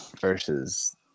versus